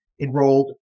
enrolled